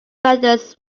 feathers